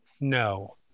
No